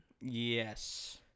yes